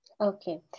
Okay